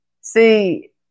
See